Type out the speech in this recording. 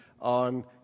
on